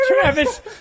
Travis